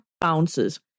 bounces